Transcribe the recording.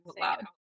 loud